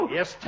Yes